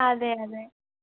അതെ അതെ